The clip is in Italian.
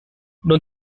non